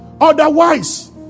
Otherwise